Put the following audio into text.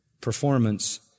performance